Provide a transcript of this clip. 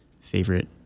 favorite